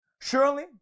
surely